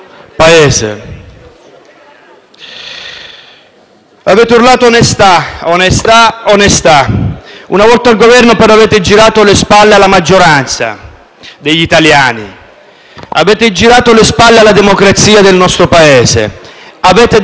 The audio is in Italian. Avete urlato «onestà, onestà, onestà!» ma, una volta al Governo, avete voltato le spalle alla maggioranza degli italiani e alla democrazia del nostro Paese. Avete defenestrato proprio da quest'Aula